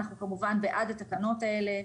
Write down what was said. אנחנו כמובן בעד התקנות האלה.